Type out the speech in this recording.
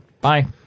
bye